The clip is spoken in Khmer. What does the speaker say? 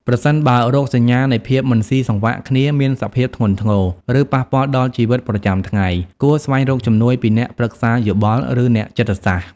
ប្រសិនបើរោគសញ្ញានៃភាពមិនស៊ីសង្វាក់គ្នាមានសភាពធ្ងន់ធ្ងរ ឬប៉ះពាល់ដល់ជីវិតប្រចាំថ្ងៃ គួរស្វែងរកជំនួយពីអ្នកប្រឹក្សាយោបល់ ឬអ្នកចិត្តសាស្រ្ត។